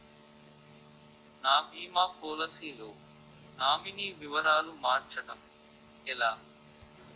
నా భీమా పోలసీ లో నామినీ వివరాలు మార్చటం ఎలా?